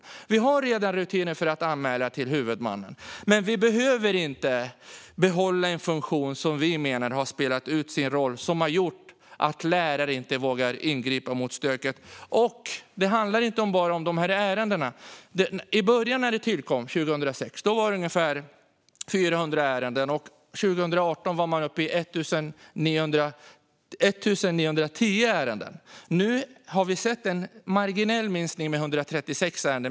Det finns redan rutiner för att anmäla till huvudmannen. Men vi behöver inte behålla en funktion som vi menar har spelat ut sin roll, som har gjort att lärare inte vågar ingripa mot stöket. Det handlar inte bara om de här ärendena. I början när Barn och elevombudet tillkom, 2006, var det ungefär 400 ärenden, och 2018 var man uppe i 1 910 ärenden. Nu har vi sett en marginell minskning med 136 ärenden.